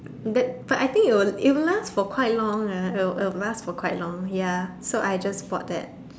but but I think it will it will last for quite long ah it'll it'll last for quite long ya so I just bought that